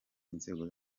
inzego